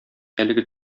әлеге